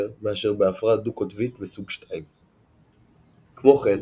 מאשר בהפרעה דו-קוטבית מסוג II. כמו כן,